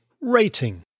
Rating